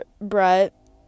Brett